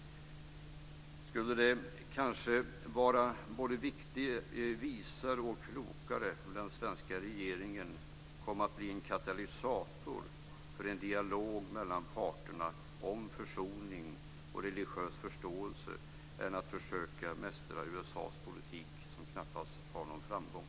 Det skulle kanske vara både visare och klokare av den svenska regeringen att försöka bli en katalysator för en dialog mellan parterna om försoning och religiös förståelse än att försöka mästra USA:s politik, vilket knappast lär ha någon framgång.